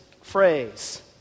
phrase